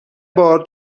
بار